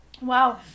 wow